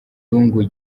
lungu